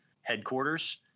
headquarters